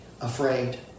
afraid